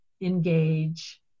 engage